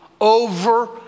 over